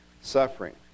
suffering